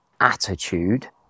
attitude